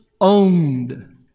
owned